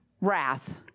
wrath